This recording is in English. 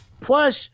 Plus